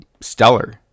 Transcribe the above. stellar